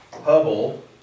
Hubble